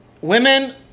women